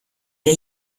der